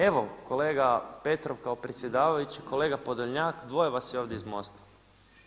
Evo kolega Petrov kao predsjedavajući, kolega Podolnjak dvoje vas je ovdje iz MOST-a.